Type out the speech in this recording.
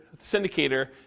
syndicator